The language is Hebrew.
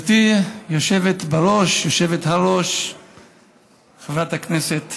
גברתי היושבת בראש, היושבת-ראש חברת הכנסת